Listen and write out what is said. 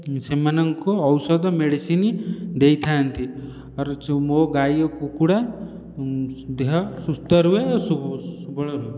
ସେମାନଙ୍କ ଔଷଧ ମେଡିସିନ ଦେଇଥାନ୍ତି ଅର ମୋ ଗାଈ ଓ କୁକୁଡ଼ା ଦେହ ସୁସ୍ଥ ରହେ ଓ ସବଳ ରୁହେ